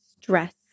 Stress